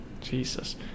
Jesus